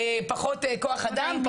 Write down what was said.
פחות כוח אדם,